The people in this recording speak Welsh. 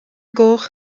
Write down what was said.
goch